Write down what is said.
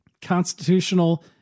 constitutional